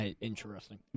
Interesting